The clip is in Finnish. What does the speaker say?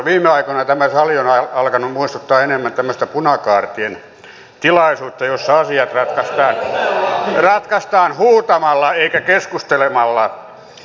viime aikoina tämä sali on alkanut muistuttaa enemmän tämmöistä punakaartien tilaisuutta jossa asiat ratkaistaan huutamalla eikä keskustelemalla